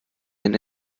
ein